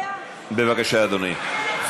בבקשה, אדוני, אין בעיה.